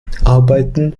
viertakter